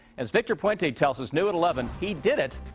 as victor puente tells us new at eleven. he did it.